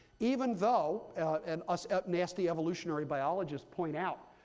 even though, and us nasty evolutionary biologists point out,